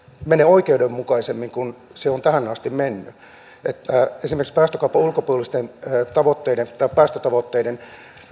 menee oikeudenmukaisemmin kuin se on tähän asti mennyt esimerkiksi päästökaupan ulkopuolisten päästötavoitteiden